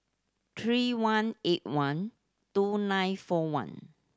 three one eight one two nine four one